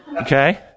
Okay